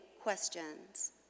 questions